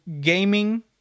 gaming